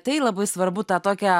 tai labai svarbu tą tokią